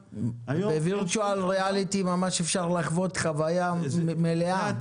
בווירטואל ריאליטי ממש אפשר לחוות חוויה מלאה.